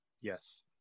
yes